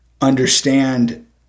understand